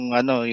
ano